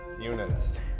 units